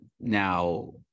now